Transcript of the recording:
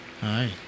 hi